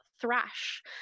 Thrash